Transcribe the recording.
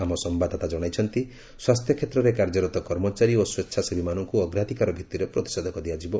ଆମ ସମ୍ଭାଦଦାତା ଜଣାଇଛନ୍ତି ସ୍ୱାସ୍ଥ୍ୟକ୍ଷେତ୍ରରେ କାର୍ଯ୍ୟରତ କର୍ମଚାରୀ ଓ ସ୍ୱେଚ୍ଛାସେବୀମାନଙ୍କୁ ଅଗ୍ରାଧିକାର ଭିଭିରେ ପ୍ରତିଷେଧକ ଦିଆଯିବ